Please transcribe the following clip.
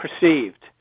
perceived